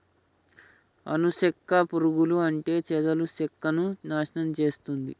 అను సెక్క పురుగులు అంటే చెదలు సెక్కను నాశనం చేస్తుంది